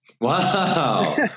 Wow